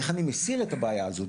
איך אני מסיר את הבעיה הזאת,